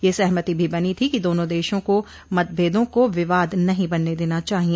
यह सहमति भी बनी थी कि दोनों देशों को मतभेदों को विवाद नहीं बनने देना चाहिए